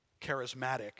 charismatic